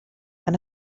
and